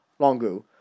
Longu